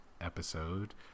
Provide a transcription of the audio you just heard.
episode